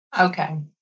okay